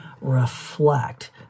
reflect